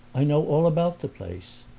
i know all about the place!